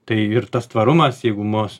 tai ir tas tvarumas jeigu mus